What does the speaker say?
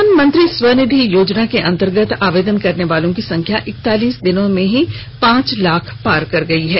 प्रधानमंत्री स्वनिधि योजना के अंतर्गत आवेदन करने वालों की संख्या इकतालीस दिनों में ही पांच लाख पार कर गई है